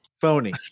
phony